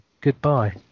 Goodbye